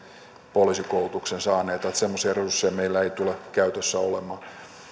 poliisikoulutuksen saaneita semmoisia resursseja meillä ei tule käytössä olemaan